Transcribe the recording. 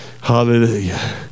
Hallelujah